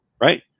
Right